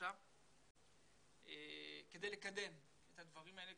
בראשה את עומדת כדי לקדם את הדברים האלה,